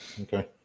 okay